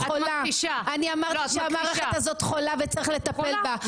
אני יודעת שהמערכת הזאת חולה וצריך לטפל בה.